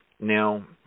Now